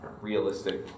realistic